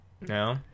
No